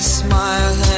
smile